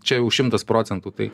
čia jau šimtas procentų tai